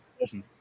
listen